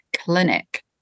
clinic